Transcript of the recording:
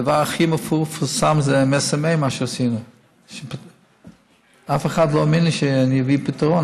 הדבר הכי מפורסם זה מה שעשינו עם SMA. אף אחד לא האמין לי שאני אביא פתרון,